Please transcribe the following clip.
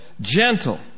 Gentle